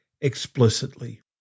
explicitly